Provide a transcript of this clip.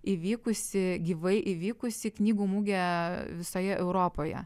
įvykusi gyvai įvykusi knygų mugė visoje europoje